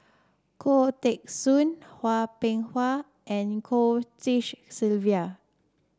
Khoo Teng Soon Hwang Peng and Goh Tshin Sylvia